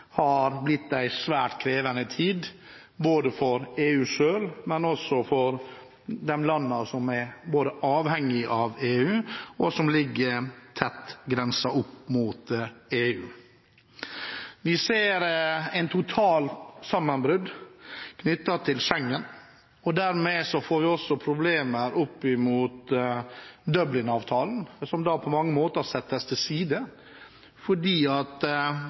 har blitt en svært krevende tid, både for EU selv og for de landene som både er avhengige av EU, og som ligger tett opp mot EUs grenser. Vi ser et totalt sammenbrudd knyttet til Schengen, og dermed får vi også problemer med Dublin-avtalen, som på mange måter settes til side fordi